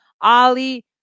Ali